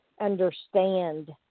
understand